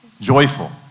joyful